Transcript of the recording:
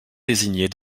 désignés